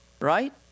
right